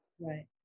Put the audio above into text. Right